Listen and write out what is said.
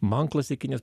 man klasikinis